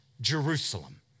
Jerusalem